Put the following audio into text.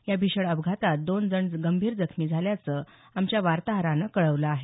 या भीषण अपघातात दोन जण गंभीर जखमी झाल्याचं आमच्या वार्ताहरानं कळवलं आहे